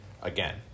Again